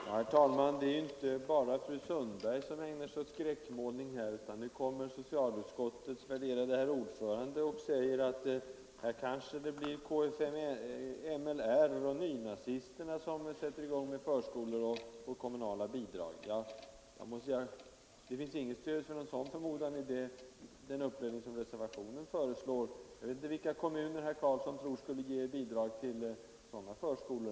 Herr talman! Det är inte bara fru Sundberg som ägnar sig åt skräckmålning, utan nu säger socialutskottets värderade ordförande att det kanske blir kfml eller nynazisterna som sätter i gång förskolor och får kommunala bidrag. Det finns inget stöd för en sådan förmodan i den uppläggning som reservationen föreslår. Jag vet inte vilka kommuner herr Karlsson i Huskvarna tror skulle ge bidrag till sådana förskolor.